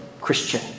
Christian